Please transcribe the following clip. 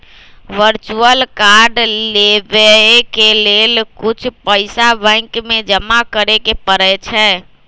virtual card लेबेय के लेल कुछ पइसा बैंक में जमा करेके परै छै